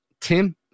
tim